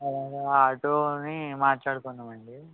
మేం ఆటోని మాట్లాడుకున్నామండీ